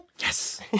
Yes